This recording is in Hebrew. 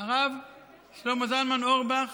הרב שלמה זלמן אוירבך